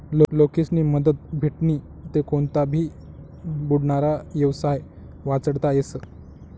लोकेस्नी मदत भेटनी ते कोनता भी बुडनारा येवसाय वाचडता येस